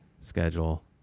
schedule